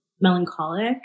melancholic